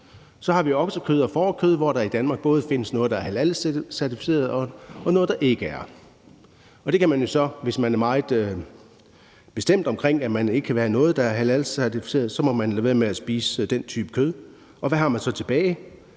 Så har vi oksekød og fårekød, hvor der i Danmark både findes noget, der er halalcertificeret, og noget, der ikke er. Der må man jo så, hvis man er meget bestemt omkring, at man ikke vil have noget, der er halalcertificeret, lade være med at spise den type kød. Hvad har man så tilbage?